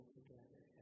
together